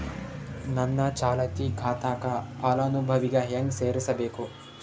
ನನ್ನ ಚಾಲತಿ ಖಾತಾಕ ಫಲಾನುಭವಿಗ ಹೆಂಗ್ ಸೇರಸಬೇಕು?